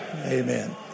Amen